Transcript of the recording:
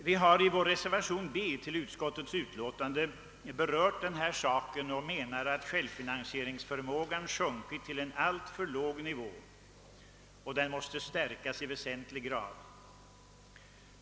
Vi har i vår reservation 1 b avseende utskottets hemställan under B berört denna sak och framhållit att självfinansieringsförmågan sjunkit till en alltför låg nivå och att den måste stärkas i väsentlig grad.